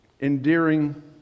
endearing